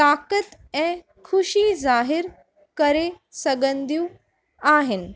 ताक़त ऐं ख़ुशी ज़ाहिरु करे सघंदियूं आहिनि